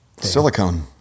Silicone